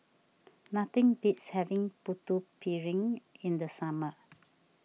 nothing beats having Putu Piring in the summer